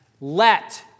let